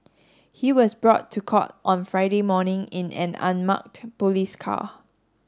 he was brought to court on Friday morning in an unmarked police car